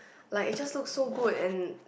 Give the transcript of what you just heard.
like it just looks so good and